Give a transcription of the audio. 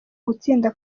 gutsinda